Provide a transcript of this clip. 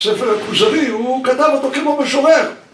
ספר הכוזרי הוא כתב אותו כמו בשורר